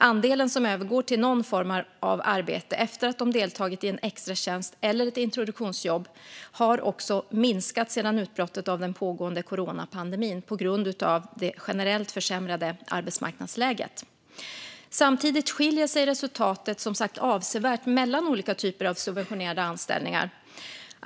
Andelen som övergår till någon form av arbete efter att ha deltagit i en extratjänst eller ett introduktionsjobb har också minskat sedan utbrottet av den pågående coronapandemin på grund av det generellt försämrade arbetsmarknadsläget. Samtidigt skiljer sig resultatet som sagt avsevärt mellan olika typer av subventionerade anställningar.